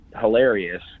hilarious